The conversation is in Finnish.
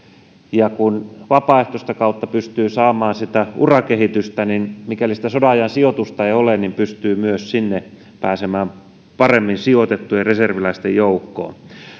kun vapaaehtoista kautta pystyy saamaan sitä urakehitystä niin mikäli sitä sodanajan sijoitusta ei ole niin pystyy myös pääsemään sinne paremmin sijoitettujen reserviläisten joukkoon